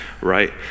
right